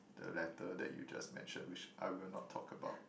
the letter that you just mentioned which I will not talk about